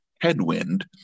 headwind